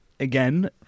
Again